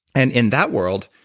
and in that world,